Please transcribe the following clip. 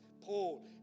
Paul